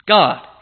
God